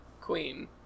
queen